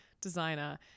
designer